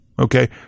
Okay